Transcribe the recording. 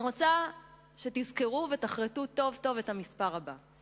אני רוצה שתזכרו ותחרטו טוב-טוב את המספר הבא: